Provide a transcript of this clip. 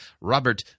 Robert